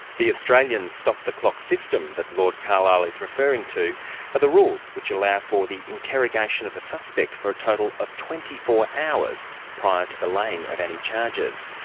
the australian stop-the-clock stop-the-clock system that lord carlile is referring to are the rules which allow for the interrogation of a suspect for a total of twenty four hours prior to the laying of any charges.